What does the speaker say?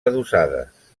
adossades